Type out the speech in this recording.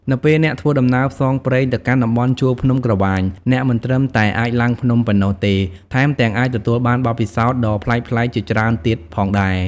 នៅពេលអ្នកធ្វើដំណើរផ្សងព្រេងទៅកាន់តំបន់ជួរភ្នំក្រវាញ អ្នកមិនត្រឹមតែអាចឡើងភ្នំប៉ុណ្ណោះទេ ថែមទាំងអាចទទួលបានបទពិសោធន៍ដ៏ប្លែកៗជាច្រើនទៀតផងដែរ។